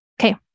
Okay